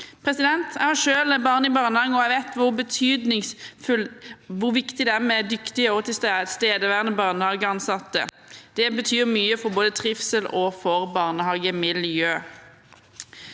Jeg har selv barn i barnehage, og jeg vet hvor viktig det er med dyktige og tilstedeværende barnehageansatte. Det betyr mye både for trivsel og for barnehagemiljø.